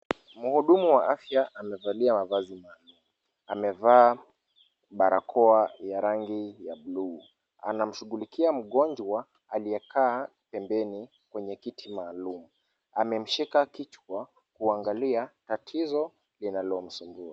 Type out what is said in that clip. Mhudumu wa afya amevalia mavazi maalum, amevaa barakoa ya rangi ya bluu, anamshughulikia mgonjwa aliyekaa pembeni kwenye kiti maalum amemshika kichwa kuangalia tatizo linalomsumbua.